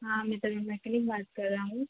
हाँ मे तनु मेकनिक बात कर रहा हूँ